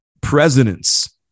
presidents